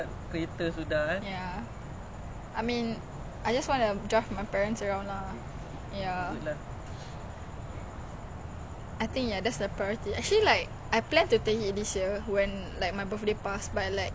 then like they refunded to me aku malas nak register balik and then now online registration got registration fee like online fee I think it's like three dollars or four dollars aku macam I don't want lah I gemar cara